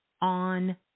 on